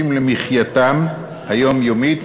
בעיקר ילדים קטינים שדמי המזונות משמשים למחייתם היומיומית,